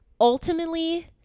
Ultimately